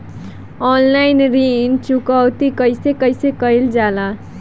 Online ऋण चुकौती कइसे कइसे कइल जाला?